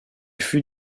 fut